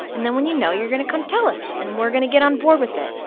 and then when you know, you're going to come tell us. and we're going to get on board with it.